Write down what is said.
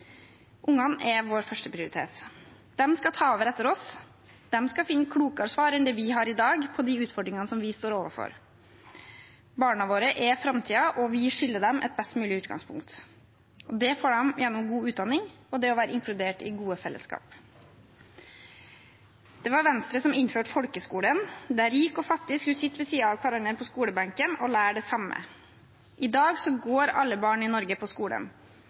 Ungene er vår førsteprioritet. De skal ta over etter oss, de skal finne klokere svar enn det vi har i dag på de utfordringene vi står overfor. Barna våre er framtiden, og vi skylder dem et best mulig utgangspunkt. Det får de gjennom god utdanning og det å være inkludert i gode fellesskap. Det var Venstre som innførte folkeskolen, der rik og fattig skulle sitte ved siden av hverandre på skolebenken og lære det samme. I dag går alle barn i Norge på skolen,